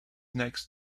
next